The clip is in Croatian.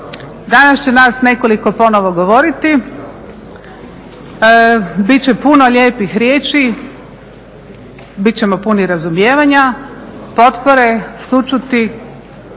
Danas će nas nekoliko ponovo govoriti, bit će puno lijepih riječi, bit ćemo puni razumijevanja, potpore, sućuti,